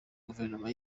guverinoma